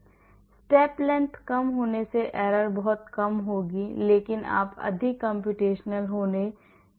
step length कम होने से error बहुत कम होगी लेकिन आप अधिक कम्प्यूटेशनल होने जा रहे हैं